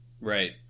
Right